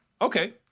Okay